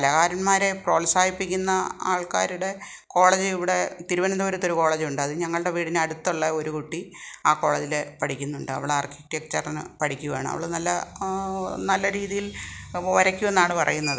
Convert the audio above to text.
കലാകാരന്മാരെ പ്രോത്സാഹിപ്പിക്കുന്ന ആൾക്കാരുടെ കോളേജ് ഇവിടെ തിരുവനന്തപുരത്തൊരു കോളേജുണ്ട് അത് ഞങ്ങളുടെ വീടിനടുത്തുള്ള ഒരു കുട്ടി ആ കോളേജിൽ പഠിക്കുന്നുണ്ട് അവൾ ആർക്കിടെക്ടറിന് പഠിക്കുവാണ് അവൾ നല്ല നല്ല രീതിയിൽ വരയ്ക്കുമെന്നാണ് പറയുന്നത്